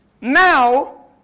now